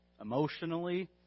emotionally